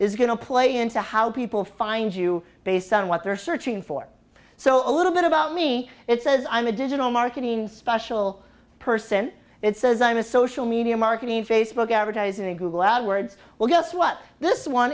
to play into how people find you based on what they're searching for so a little bit about me it says i'm a digital marketing special person that says i'm a social media marketing facebook advertising google ad words well guess what this one